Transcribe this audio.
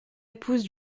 épouse